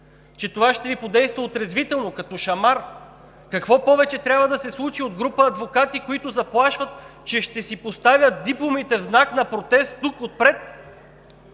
че това ще Ви подейства отрезвително, като шамар. Какво повече трябва да се случи от група адвокати, които заплашват, че ще си поставят дипломите в знак на протест тук, отпред,